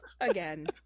again